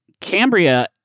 Cambria